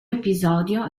episodio